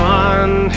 one